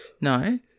No